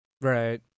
Right